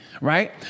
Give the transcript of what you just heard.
right